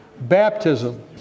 baptism